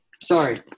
Sorry